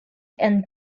and